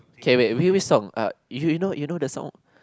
K wait which which song uh you know you know the song